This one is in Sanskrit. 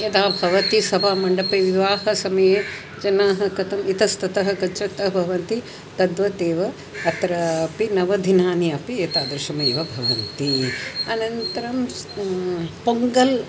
यदा भवति सभामण्डपे विवाहसमये जनाः कथम् इतस्ततः गच्छन्तः भवन्ति तद्वत् एव अत्रापि नवदिनानि अपि एतादृशमेव भवन्ति अनन्तरं पोङ्गल्